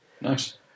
Nice